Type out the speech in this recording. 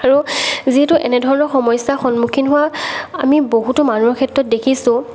আৰু যিহেতু এনে ধৰণৰ সমস্যা সন্মুখীন হোৱা আমি বহুতো মানুহৰ ক্ষেত্ৰত দেখিছোঁ